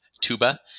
Tuba